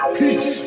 peace